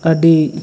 ᱟᱹᱰᱤ